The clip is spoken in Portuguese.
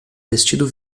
vestido